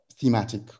thematic